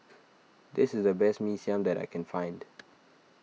this is the best Mee Siam that I can find